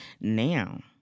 Now